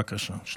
בבקשה.